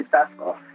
successful